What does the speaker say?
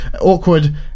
awkward